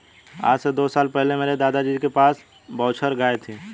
आज से दो साल पहले मेरे दादाजी के पास बछौर गाय थी